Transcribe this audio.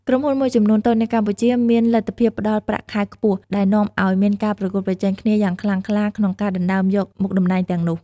ក្រុមហ៊ុនមួយចំនួនតូចនៅកម្ពុជាមានលទ្ធភាពផ្ដល់ប្រាក់ខែខ្ពស់ ដែលនាំឱ្យមានការប្រកួតប្រជែងគ្នាយ៉ាងខ្លាំងក្លាក្នុងការដណ្ដើមយកមុខតំណែងទាំងនោះ។